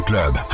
Club